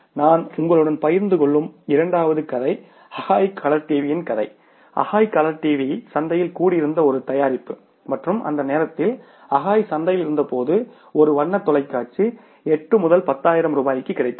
நான் உங்களுடன் பகிர்ந்து கொள்ளும் இரண்டாவது கதை அகாய் கலர் டிவியின் கதை அகாய் கலர் டிவி சந்தையில் கூடியிருந்த ஒரு தயாரிப்பு மற்றும் அந்த நேரத்தில் அகாய் சந்தையில் இருந்தபோது ஒரு வண்ண தொலைக்காட்சி 8 10000 ரூபாய்க்கு கிடைத்தது